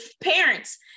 parents